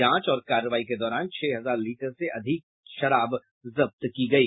जांच और कार्रवाई के दौरान छह हजार लीटर से अधिक की शराब जब्त की गयी